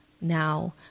now